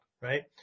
right